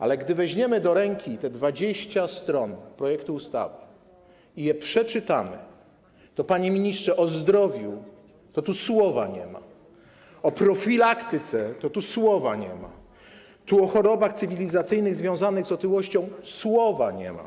Ale gdy weźmiemy do ręki te 20 stron projektu ustawy i je przeczytamy, to, panie ministrze, o zdrowiu to tu słowa nie ma, o profilaktyce to tu słowa nie ma, o chorobach cywilizacyjnych związanych z otyłością słowa nie ma.